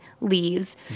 leaves